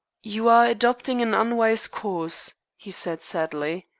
you are adopting an unwise course, he said sadly.